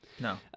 No